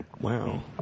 wow